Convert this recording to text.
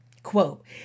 Quote